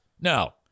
No